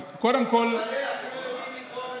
אז קודם כול, תתפלא, אפילו יודעים לקרוא ולכתוב.